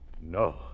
No